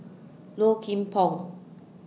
Low Kim Pong